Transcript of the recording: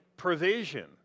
Provision